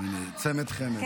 צמד-חמד.